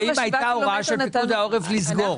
האם הייתה הוראה של פיקוד העורף לסגור?